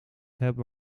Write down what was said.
hebben